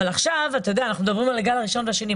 אנחנו מדברים על הגל הראשון והשני,